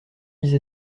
mise